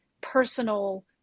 personal